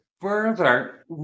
further